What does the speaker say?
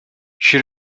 she